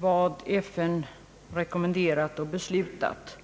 vad FN rekommenderat och beslutat.